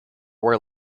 were